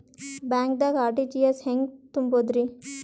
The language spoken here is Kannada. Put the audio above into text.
ಬ್ಯಾಂಕ್ದಾಗ ಆರ್.ಟಿ.ಜಿ.ಎಸ್ ಹೆಂಗ್ ತುಂಬಧ್ರಿ?